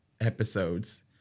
episodes